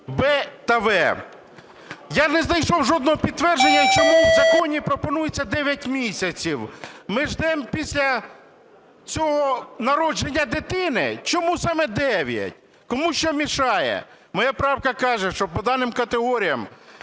"Б" та "В". Я не знайшов жодного підтвердження, чому в законі пропонується 9 місяців. Ми ждемо після цього народження дитини? Чому саме 9? Кому що мішає? Моя правка каже, що по даним категоріям